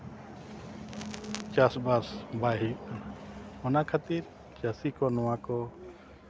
ᱪᱟᱥᱵᱟᱥ ᱵᱟᱭ ᱦᱩᱭᱩᱜ ᱠᱟᱱᱟ ᱚᱱᱟ ᱠᱷᱟᱹᱛᱤᱨ ᱪᱟᱹᱥᱤ ᱠᱚ ᱱᱚᱣᱟ ᱠᱚ